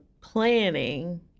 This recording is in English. planning